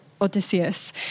odysseus